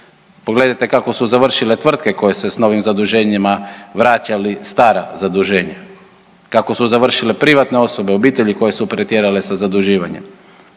pogledajte kako su završile tvrtke koje se s novim zaduženjima vraćali stara zaduženja, kako su završile privatne osobe, obitelji koje su pretjerale sa zaduživanjem.